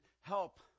help